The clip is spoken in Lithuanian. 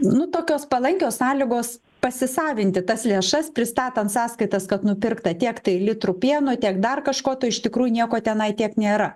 nu tokios palankios sąlygos pasisavinti tas lėšas pristatant sąskaitas kad nupirkta tiek tai litrų pieno tiek dar kažko o iš tikrųjų nieko tenai tiek nėra